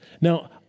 Now